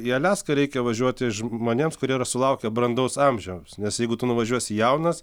į aliaską reikia važiuoti žmonėms kurie yra sulaukę brandaus amžiaus nes jeigu tu nuvažiuosi jaunas